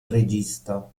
regista